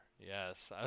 Yes